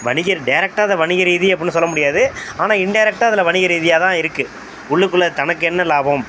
வணிகர் டேரெக்டா அதை வணிக ரீதி அப்புடின்னு சொல்ல முடியாது ஆனால் இன்டேரெக்டாக அதில் வணிக ரீதியாக தான் இருக்குது உள்ளுக்குள்ளே தனக்கென்ன லாபம்